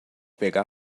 pegá